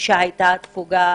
שיש הפוגה